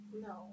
No